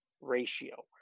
ratio